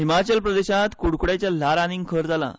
हिमाचल प्रदेशांत कुडकुड्याचें ल्हार आनीक खर जालां